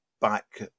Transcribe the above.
back